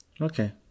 Okay